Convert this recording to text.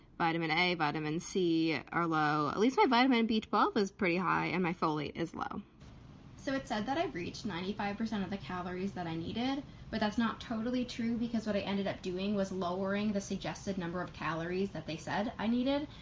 vitamin a, vitamin c are low. at least my vitamin b one two is pretty high, and my folate is low so it said that i've reached ninety five percent of the calories that i needed but that's not totally true because what i ended up doing was lowering the suggested number of calories that they said i needed